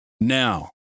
Now